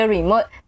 Remote